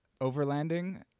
overlanding